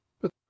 But